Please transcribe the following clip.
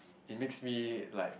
it makes me like